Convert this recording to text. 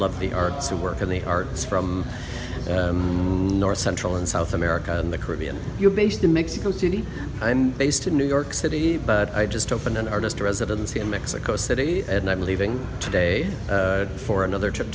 love the arts to work in the arts from north central and south america and the caribbean you're based in mexico city i'm based in new york city but i just opened an artist residency in mexico city and i'm leaving today for another trip